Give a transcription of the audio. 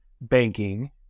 banking